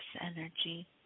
energy